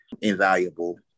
invaluable